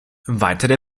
weitere